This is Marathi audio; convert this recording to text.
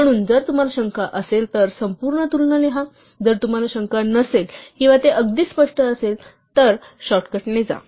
म्हणून जर तुम्हाला शंका असेल तर संपूर्ण तुलना लिहा जर तुम्हाला शंका नसेल किंवा ते अगदी स्पष्ट असेल तर शॉर्टकटने जा